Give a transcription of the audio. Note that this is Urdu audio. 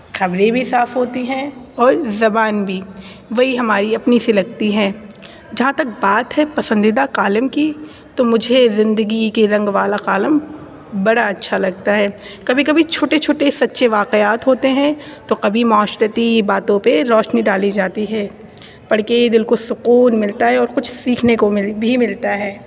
خبریں بھی صاف ہوتی ہیں اور زبان بھی وہی ہماری اپنی س لگتی ہے جہاں تک بات ہے پسندیدہ کالم کی تو مجھے زندگی کے رنگ والا کالم بڑا اچھا لگتا ہے کبھی کبھی چھوٹے چھوٹے سچے واقعات ہوتے ہیں تو کبھی معاشرتی باتوں پہ روشنی ڈالی جاتی ہے پڑھکے دل کو سکون ملتا ہے اور کچھ سیکھنے کول بھی ملتا ہے